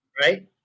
right